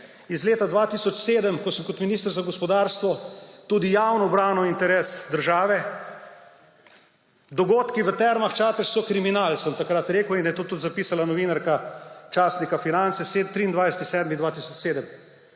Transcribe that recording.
iz leta 2007, ko sem kot minister za gospodarstvo tudi javno branil interes države. »Dogodki v Termah Čatež so kriminal …«, sem takrat rekel in je to tudi zapisala novinarka častnika Finance 23. 7.